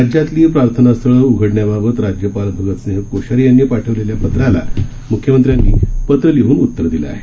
राज्यातली प्रार्थनास्थळं उघडण्याबाबत राज्यपाल भगतसिंह कोश्यारी यांनी पाठवलेल्या पत्राला म्ख्यमंत्र्यांनी पत्र लिहन उतर दिलं आहे